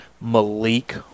Malik